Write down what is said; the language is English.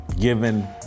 given